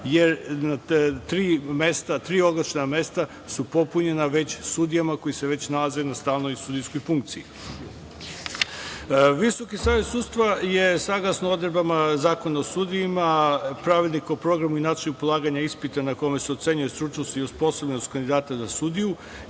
tri oglasna mesta su popunjena već sudijama koji se već nalaze na stalnoj sudijskoj funkciji. Visoki savet sudstva je saglasno odredbama Zakona o sudijama, Pravilnik o programu i načinu polaganja ispita na kome se ocenjuje stručnost i osposobljenost kandidata za sudiju